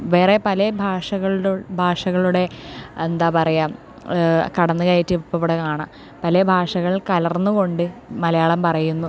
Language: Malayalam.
വേറെ പല ഭാഷകളുടെ ഭാഷകളുടെ എന്താ പറയുക കടന്നുകയറ്റം ഇപ്പോൾ ഇവിടെ ആണ് പല ഭാഷകൾ കലർന്നുകൊണ്ട് മലയാളം പറയുന്നു